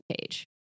page